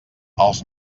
els